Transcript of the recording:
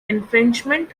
infringement